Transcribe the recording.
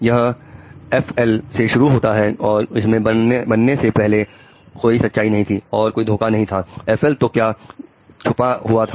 यह एफ एलFL से शुरू होता है और इसके बनने से पहले कोई सच्चाई नहीं थी और कोई धोखा नहीं था एफ एलFL तो क्या छुपा हुआ था